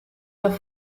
los